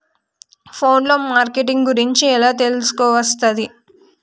Phone లో marketing గురించి ఎలా తెలుసుకోవస్తది?